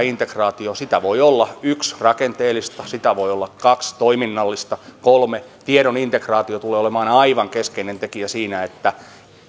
integraatio perustuu sitä voi olla yksi rakenteellista sitä voi olla kaksi toiminnallista kolme tiedon integraatio tulee olemaan aivan keskeinen tekijä siinä että